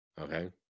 Okay